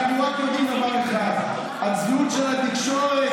אנחנו יודעים רק דבר אחד: הצביעות של התקשורת,